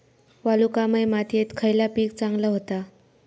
वालुकामय मातयेत खयला पीक चांगला होता?